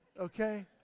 okay